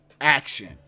action